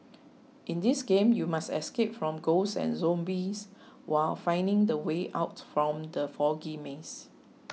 in this game you must escape from ghosts and zombies while finding the way out from the foggy maze